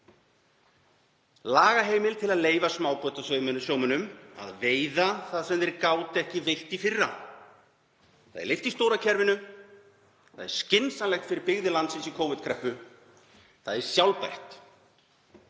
lagaheimild til að leyfa smábátasjómönnum að veiða það sem þeir gátu ekki veitt í fyrra. Það er leyft í stóra kerfinu. Það er skynsamlegt fyrir byggðir landsins í Covid-kreppu. Það er sjálfbært.